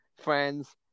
Friends